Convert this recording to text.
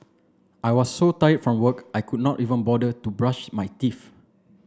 I was so tired from work I could not even bother to brush my teeth